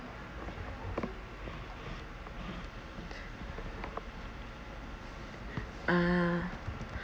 ah